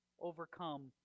overcome